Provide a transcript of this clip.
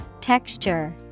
Texture